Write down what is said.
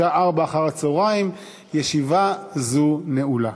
בשעה 16:00. ישיבה זו נעולה.